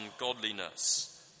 ungodliness